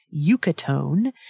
Yucatone